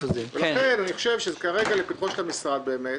לכן אני חושב שכרגע זה לפתחו של משרד הרווחה,